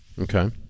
okay